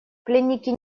пленники